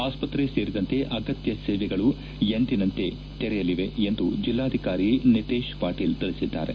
ಆಸ್ಪತ್ರೆ ಸೇರಿದಂತೆ ಅಗತ್ತ ಸೇವೆಗಳು ಎಂದಿನಂತೆ ತೆರೆಯಲಿವೆ ಎಂದು ಜಿಲ್ಲಾಧಿಕಾರಿ ನಿತೇಶ್ ಪಾಟೀಲ್ ತಿಳಿಸಿದ್ದಾರೆ